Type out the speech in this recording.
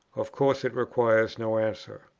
of course it requires no answer.